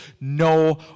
no